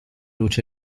luce